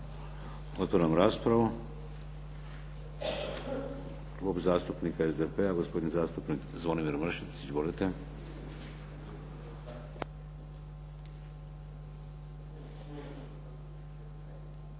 Otvaram raspravu. Klub zastupnika SDP-a, gospodin zastupnik Zvonimir Mršić. Izvolite.